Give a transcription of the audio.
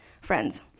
friends